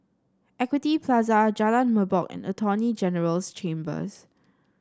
Equity Plaza Jalan Merbok and Attorney General's Chambers